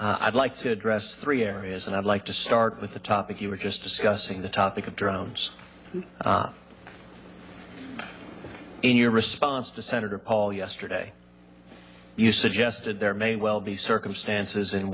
hear i'd like to address three areas and i'd like to start with the topic you were just discussing the topic of drones in your response to senator paul yesterday you suggested there may well be circumstances in